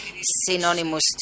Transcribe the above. synonymous